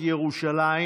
בנושא: